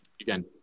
again